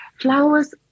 Flowers